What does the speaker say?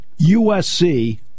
USC